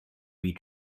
read